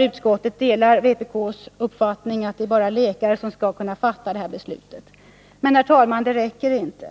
Utskottet delar vpk:s uppfattning, att bara läkare skall kunna fatta detta beslut. Men, herr talman, det räcker inte.